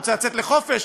רוצה לצאת לחופש,